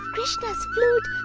krishna's flute!